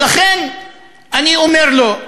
ולכן אני אומר לו: